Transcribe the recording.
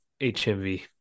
HMV